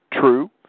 True